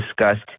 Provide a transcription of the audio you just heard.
discussed